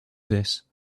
this